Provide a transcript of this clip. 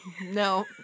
No